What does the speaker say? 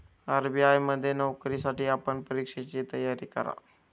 RBI मध्ये नोकरीसाठी आपण परीक्षेची तयारी करा